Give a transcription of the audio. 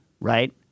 right